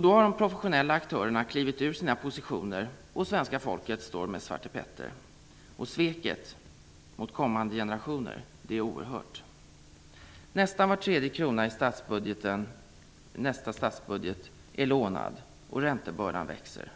Då har de proffessionella aktörerna klivit ur sina positioner, och svenska folket står med Svarte Petter. Sveket mot kommande generationer är oerhört. Nästan var tredje krona i nästa statsbudget är lånad, och räntebördan växer.